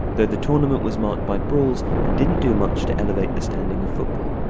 though the tournament was marked by brawls and didn't do much to elevate the standing of football.